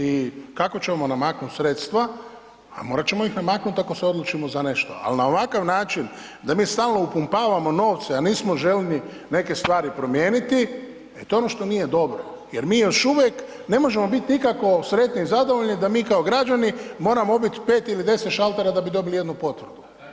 I kako ćemo namaknuti sredstva, a morati ćemo ih namaknuti ako se odlučimo za nešto, ali na ovakav način da mi stalno upumpavamo novce, a nismo željni neke stvari promijeniti, e to je ono što nije dobro jer mi još uvijek ne možemo biti nikako sretni i zadovoljni da mi kao građani moramo obit 5 ili 10 šaltera da bi dobili jednu potvrdu.